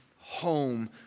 home